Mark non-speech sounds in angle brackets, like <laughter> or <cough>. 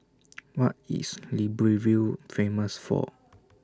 <noise> What IS Libreville Famous For